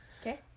Okay